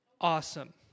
Awesome